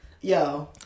Yo